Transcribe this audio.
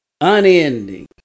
unending